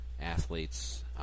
athletes